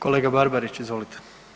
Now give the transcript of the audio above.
Kolega Barbarić, izvolite.